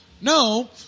No